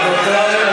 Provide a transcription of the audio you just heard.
לך הביתה.